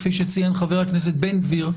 כפי שציין חבר הכנסת בן גביר,